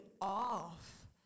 off